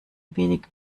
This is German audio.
wenig